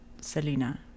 Selena